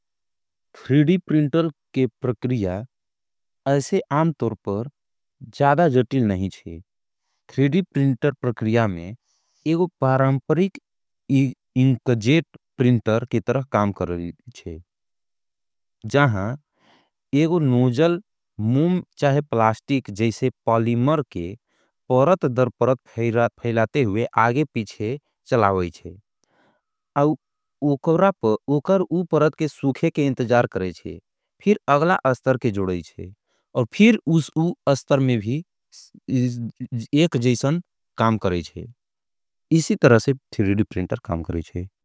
प्रिंटर के प्रकरिया असे आम तोर पर जाधा जटिल नहीं है। प्रिंटर प्रकरिया में एगो परामपरिक इंकजेट प्रिंटर के तरह काम कर रही थे। प्रिंटर के प्रकरिया में आपका स्वागत है।